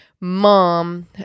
mom